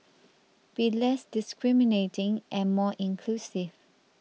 be less discriminating and more inclusive